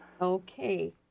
Okay